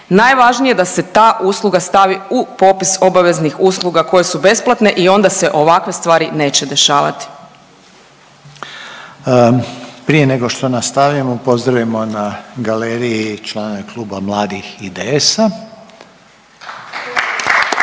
Najvažnije je da se ta usluga stavi u popis obaveznih usluga koje su besplatne i onda se ovakve stvari neće dešavati. **Reiner, Željko (HDZ)** Prije nego što nastavimo pozdravimo na galeriji članove Kluba mladih IDS-a.